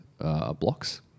blocks